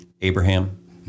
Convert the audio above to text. Abraham